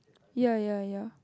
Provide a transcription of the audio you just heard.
ya ya ya